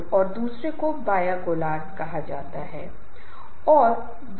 कार्य समूह ऐसे समूह हैं जिन्हें दिए गए समय के भीतर कुछ असाइनमेंट दिए जाते हैं और उन्हें प्रदर्शन करना होता है